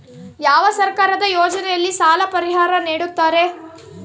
ಯಾವ ಸರ್ಕಾರದ ಯೋಜನೆಯಲ್ಲಿ ಸಾಲ ಪರಿಹಾರ ನೇಡುತ್ತಾರೆ?